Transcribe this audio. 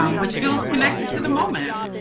um which feels connected to the moment.